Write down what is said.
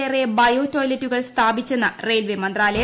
ലേറെ bio ടോയ്ലറ്റുകൾ സ്ഥാപിച്ചെന്ന് railway മന്ത്രാലയം